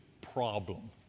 problem